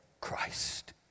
Christ